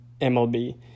MLB